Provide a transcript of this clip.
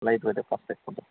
lightweight cost ఎక్కువ ఉంటుంది